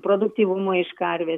produktyvumo iš karvės